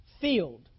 field